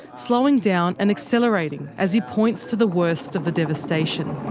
slowing down and accelerating as he points to the worst of the devastation.